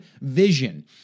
vision